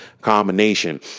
combination